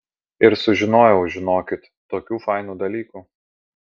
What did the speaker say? ir sužinojau žinokit tokių fainų dalykų